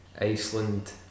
Iceland